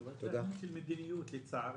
זה עניין של מדיניות, לצערי.